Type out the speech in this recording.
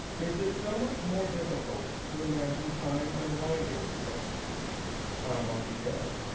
is it so much more difficult to imagine time unwinding itself time on the ebb,